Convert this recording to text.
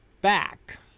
back